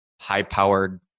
high-powered